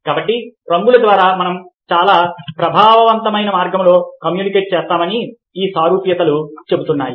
కాబట్టి రంగుల ద్వారా మనం చాలా ప్రభావవంతమైన మార్గంలో కమ్యూనికేట్ చేస్తామని ఈ సారూప్యతలు చెబుతున్నాయి